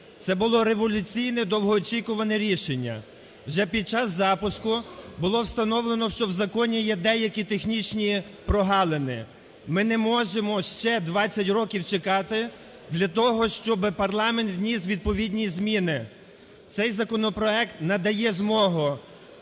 це було революційне довгоочікуване рішення. Вже під час запуску було встановлено, що в законі є деякі технічні прогалини, ми не можемо ще 20 років чекати для того, щоб парламент вніс відповідні зміни. Цей законопроект надає змогу